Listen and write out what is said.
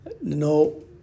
no